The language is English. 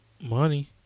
Money